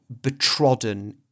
betrodden